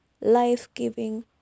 life-giving